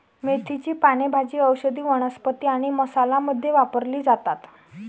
मेथीची पाने भाजी, औषधी वनस्पती आणि मसाला मध्ये वापरली जातात